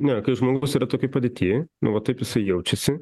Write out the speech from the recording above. ne kai žmogus yra tokioj padėty nu va taip jisai jaučiasi